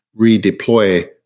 redeploy